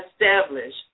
establish